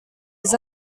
les